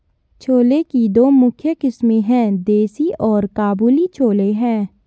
छोले की दो मुख्य किस्में है, देसी और काबुली छोले हैं